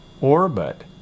orbit